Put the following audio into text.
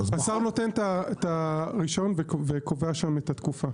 השר נותן את הרישיון וקובע שם את התקופה.